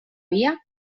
via